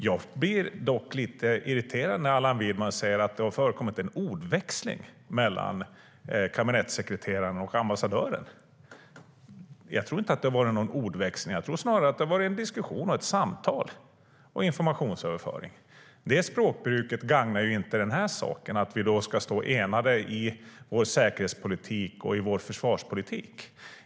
Jag blir lite irriterad när Allan Widman säger att det har förekommit en "ordväxling" mellan kabinettssekreteraren och ambassadören. Jag tror inte att det var någon ordväxling. Jag tror snarare att det var en diskussion, ett samtal och en informationsöverföring. Det språkbruket gagnar inte saken att vi ska stå enade i vår säkerhetspolitik och i vår försvarspolitik.